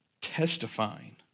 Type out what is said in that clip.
testifying